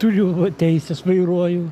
turiu va teises vairuoju